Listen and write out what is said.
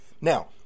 Now